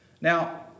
Now